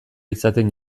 izaten